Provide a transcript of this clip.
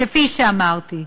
כפי שאמרתי: